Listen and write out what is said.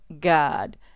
god